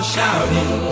shouting